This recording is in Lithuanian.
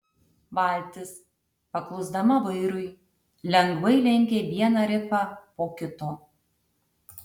valtis paklusdama vairui lengvai lenkė vieną rifą po kito